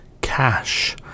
Cash